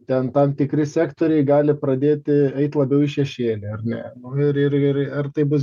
ten tam tikri sektoriai gali pradėti eiti labiau į šešėlį ar ne nu ir ir ir ar tai bus